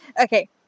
Okay